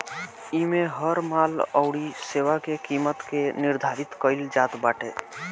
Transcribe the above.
इमे हर माल अउरी सेवा के किमत के निर्धारित कईल जात बाटे